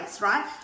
right